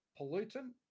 pollutant